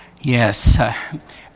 Yes